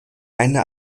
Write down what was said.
eine